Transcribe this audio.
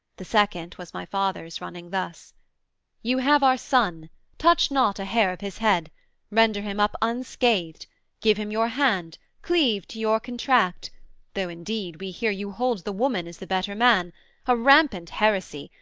the second was my father's running thus you have our son touch not a hair of his head render him up unscathed give him your hand cleave to your contract though indeed we hear you hold the woman is the better man a rampant heresy,